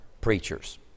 preachers